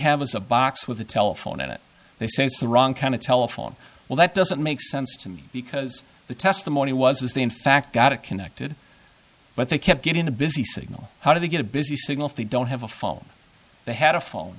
is a box with a telephone in it they say it's the wrong kind of telephone well that doesn't make sense to me because the testimony was they in fact got it connected but they kept getting a busy signal how do they get a busy signal if they don't have a phone they had a phone